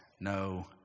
no